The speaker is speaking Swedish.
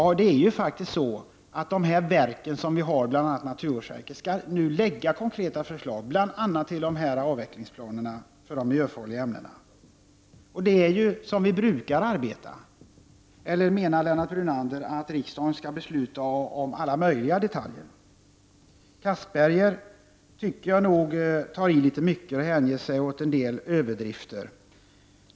De statliga verken, t.ex. naturvårdsverket, skall lägga fram konkreta förslag, bl.a. till avvecklingsplaner för miljöfarliga ämnen. Det är ju så vi brukar arbeta. Eller menar Lennart Brunander att riksdagen skall besluta om alla möjliga detaljer? Jag tycker nog att Anders Castberger tar i och hänger sig åt en del överdrifter.